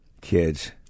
Kids